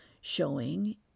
showing